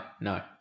no